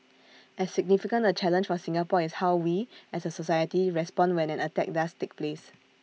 as significant A challenge for Singapore is how we as A society respond when an attack does take place